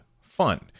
fun